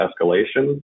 escalation